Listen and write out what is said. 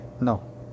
no